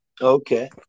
Okay